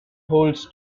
holds